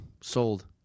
sold